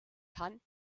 kann